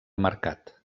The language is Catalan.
mercat